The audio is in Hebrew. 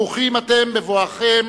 ברוכים אתם בבואכם